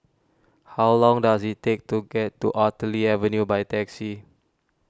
how long does it take to get to Artillery Avenue by taxi